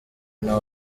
nta